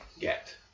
get